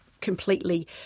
completely